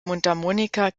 mundharmonika